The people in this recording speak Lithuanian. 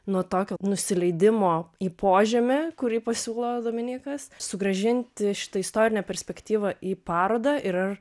nuo tokio nusileidimo į požemį kurį pasiūlo dominykas sugrąžinti šitą istorinę perspektyvą į parodą ir ar